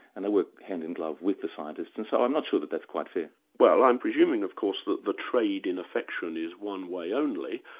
and they work hand-in-glove with the scientists, and so i'm not sure that that's quite fair. well i'm presuming, of course, that the trade in affection is one way only,